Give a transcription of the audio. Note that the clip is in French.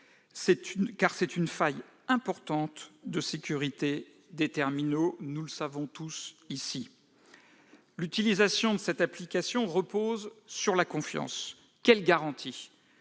il s'agit d'une faille importante de sécurité des terminaux- nous le savons tous ici. L'utilisation de cette application repose sur la confiance : quelles garanties